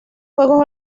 juegos